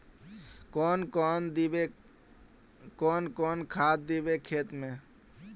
कौन कौन खाद देवे खेत में?